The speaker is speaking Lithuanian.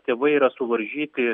tėvai yra suvaržyti